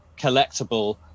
collectible